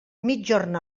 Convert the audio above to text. migjorn